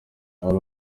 ari